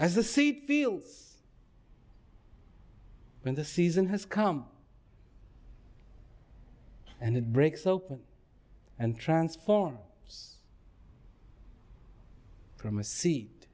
as a seed feels when the season has come and it breaks open and transform from a se